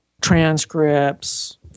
Transcripts